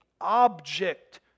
object